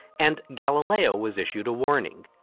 and galileo was issued a warning.